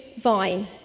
vine